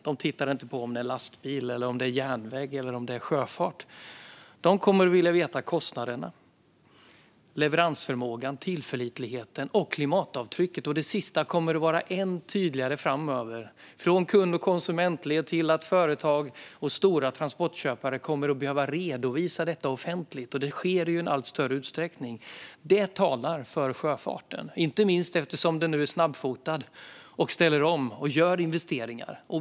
De tittar inte på om det är lastbil, järnväg eller sjöfart, utan de kommer att vilja veta kostnaderna, leveransförmågan, tillförlitligheten och klimatavtrycket. Det sista kommer att vara än tydligare framöver, från kund och konsumentled till att företag och stora transportköpare kommer att behöva redovisa detta offentligt. Det sker i allt större utsträckning. Detta talar för sjöfarten, inte minst eftersom den nu är snabbfotad, ställer om och gör investeringar.